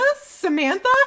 samantha